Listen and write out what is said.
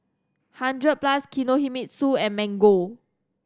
Hundred Plus Kinohimitsu and Mango